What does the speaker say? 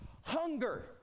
hunger